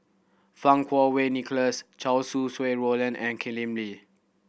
Fang Kuo Wei Nicholas Chow Sau Hai Roland and Lim Lee